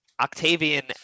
Octavian